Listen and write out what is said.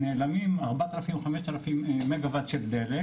נעלמים 4,000 או 5,000 מגה וואט של דלק